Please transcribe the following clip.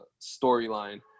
storyline